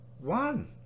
one